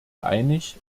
einig